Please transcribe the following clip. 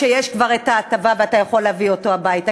כשכבר יש הטבה ואתה יכול להביא אותו הביתה,